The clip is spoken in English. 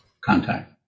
contact